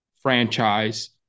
franchise